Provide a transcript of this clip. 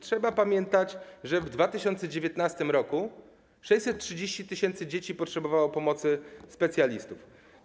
Trzeba pamiętać, że w 2019 r. 630 tys. dzieci potrzebowało pomocy specjalistów.